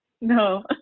no